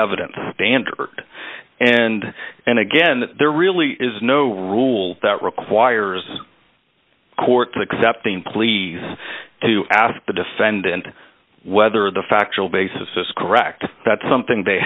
evidence standard and and again there really is no rule that requires courts accepting pleas to ask the defendant whether the factual basis correct that's something they